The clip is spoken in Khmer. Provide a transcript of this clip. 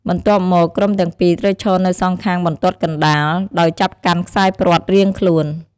បន្ទាប់មក ក្រុមទាំងពីរត្រូវឈរនៅសងខាងបន្ទាត់កណ្ដាល ដោយចាប់កាន់ខ្សែព្រ័ត្ររៀងខ្លួន។